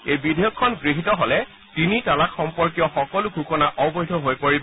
এই বিধেয়কখন গৃহীত হলে তিনি তালাক সম্পৰ্কীয় সকলো ঘোষণা অবৈধ হৈ পৰিব